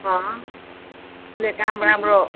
उसले काम राम्रो